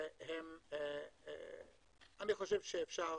ואני חושב שאפשר